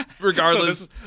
regardless